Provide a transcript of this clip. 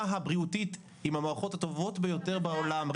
הבריאותית היא מהמערכות הטובות ביותר בעולם.